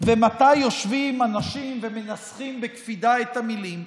ומתי יושבים אנשים ומנסחים בקפידה את המילים,